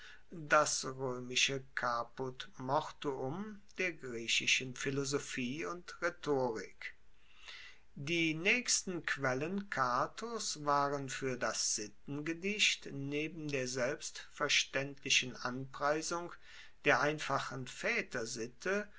das roemische caput mortuum der griechischen philosophie und rhetorik die naechsten quellen catos waren fuer das sittengedicht neben der selbstverstaendlichen anpreisung der einfachen